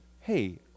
hey